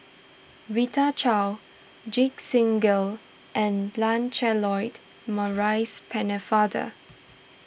Rita Chao Ajit Singh Gill and Lancelot Maurice Pennefather